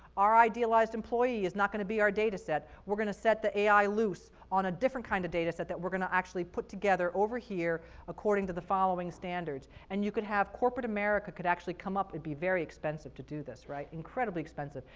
our idealized employee is not going to be our data set. we're going to set the ai loose on a different kind of data set that we're going to actually put together over here according to the following standards. and you could have corporate america could actually come up it would be very expensive to do this, right? incredibly expensive,